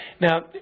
Now